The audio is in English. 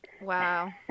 Wow